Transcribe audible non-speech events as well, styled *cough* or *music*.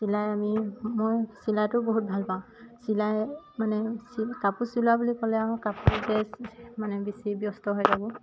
চিলাই আমি মই চিলাইটো বহুত ভাল পাওঁ চিলাই মানে কাপোৰ চিলোৱা বুলি ক'লে আৰু কাপোৰতে মানে *unintelligible*